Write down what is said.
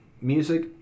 music